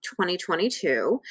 2022